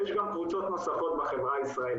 ויש גם קבוצות נוספות בחברה הישראלית.